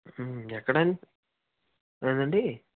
ఎక్కండి ఎందండి